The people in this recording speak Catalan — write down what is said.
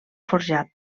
forjat